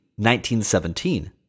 1917